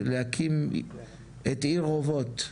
להקים את עיר אובות.